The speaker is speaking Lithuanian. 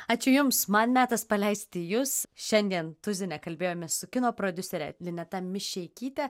ačiū jums man metas paleisti jus šiandien tuzine kalbėjomės su kino prodiusere lineta mišeikyte